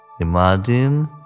imagine